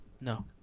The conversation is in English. No